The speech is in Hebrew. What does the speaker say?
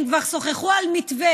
הם כבר שוחחו על מתווה.